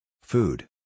Food